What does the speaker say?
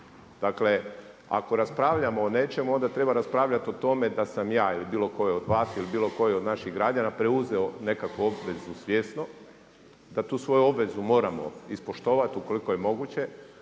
Dakle ako raspravljamo o nečemu onda treba raspravljati o tome da sam ja ili bilo tko od vas ili bilo tko od naših građana preuzeo nekakvu obvezu svjesno, da tu svoju obvezu moramo ispoštovati ukoliko je moguće.